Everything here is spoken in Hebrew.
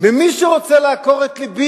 ומי שרוצה לעקור את לבי,